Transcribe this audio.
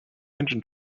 engine